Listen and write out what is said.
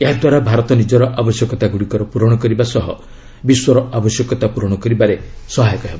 ଏହା ଦ୍ୱାରା ଭାରତ ନିଜର ଆବଶ୍ୟକତାଗୁଡ଼ିକର ପୂରଣ କରିବା ସହ ବିଶ୍ୱର ଆବଶ୍ୟକତା ପୂରଣ କରିବାରେ ସହାୟକ ହେବ